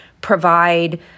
provide